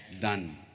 done